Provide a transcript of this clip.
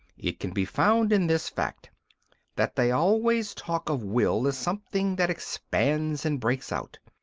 it can be found in this fact that they always talk of will as something that expands and breaks out.